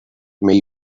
may